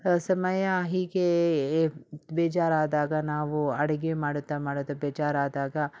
ಸಮಯ ಹೀಗೆ ಬೇಜಾರಾದಾಗ ನಾವು ಅಡುಗೆ ಮಾಡುತ್ತಾ ಮಾಡುತ್ತಾ ಬೇಜಾರಾದಾಗ